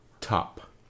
Top